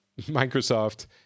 Microsoft